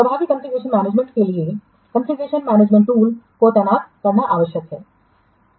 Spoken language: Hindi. प्रभावी कॉन्फ़िगरेशन मैनेजमेंटलिए कॉन्फ़िगरेशन मैनेजमेंटटूंलस को तैनात करना आवश्यक है